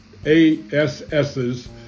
ASS's